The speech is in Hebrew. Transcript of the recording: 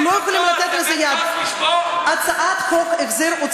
הבאת כוס לשבור?